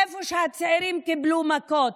איפה שהצעירים קיבלו מכות,